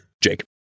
Jake